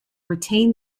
retain